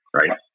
right